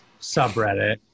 subreddit